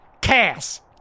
cast